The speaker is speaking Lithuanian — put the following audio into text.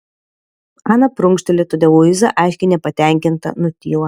ana prunkšteli todėl luiza aiškiai nepatenkinta nutyla